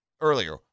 earlier